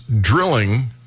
drilling